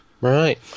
Right